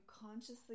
consciously